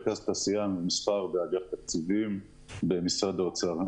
רכז תעשייה ומסחר באגף התקציבים במשרד האוצר.